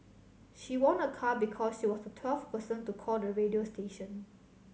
she won a car because she was the twelfth person to call the radio station